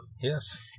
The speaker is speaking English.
yes